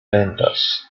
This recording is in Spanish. lentas